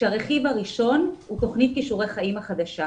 הרכיב הראשון הוא תוכנית כישורי חיים החדשה.